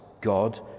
God